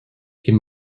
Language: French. est